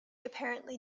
apparently